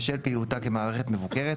בשל פעילותה כמערכת מבוקרת,